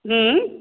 हम्म